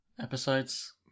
episodes